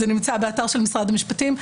זה נמצא באתר של משרד המשפטים.